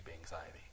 anxiety